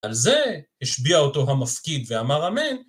על זה השביע אותו המפקיד ואמר אמן